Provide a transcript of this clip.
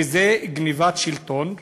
וזה גנבת שלטון.